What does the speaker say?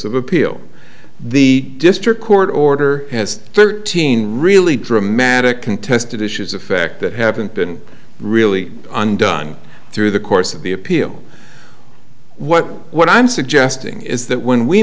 of appeal the district court order has thirteen really dramatic contested issues affect that haven't been really undone through the course of the appeal what what i'm suggesting is that when we